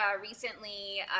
recently